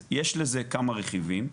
אז יש לזה כמה רכיבים.